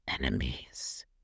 enemies